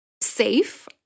safe